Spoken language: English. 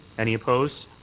any opposed?